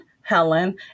Helen